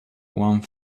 one